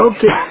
Okay